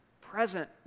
present